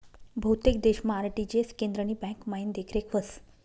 बहुतेक देशमा आर.टी.जी.एस केंद्रनी ब्यांकमाईन देखरेख व्हस